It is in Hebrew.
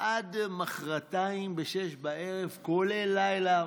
עד מוחרתיים ב-18:00, כולל לילה.